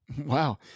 Wow